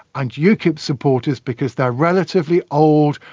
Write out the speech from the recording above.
and ukip supporters because they're relatively old,